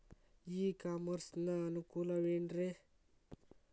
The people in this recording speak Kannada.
ಇ ಕಾಮರ್ಸ್ ನ ಅನುಕೂಲವೇನ್ರೇ?